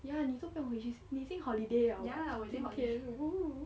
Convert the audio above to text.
ya 你都不用回去你已经 holiday liao oo